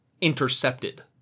intercepted